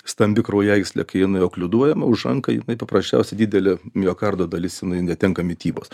stambi kraujagyslė kai jinai okliduojama užanka jinai paprasčiausiai didelė miokardo dalis jinai netenka mitybos